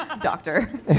Doctor